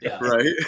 Right